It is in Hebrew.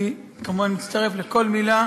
אני כמובן מצטרף לכל מילה,